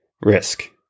risk